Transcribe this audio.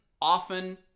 often